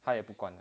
他也不管